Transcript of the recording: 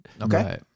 Okay